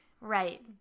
Right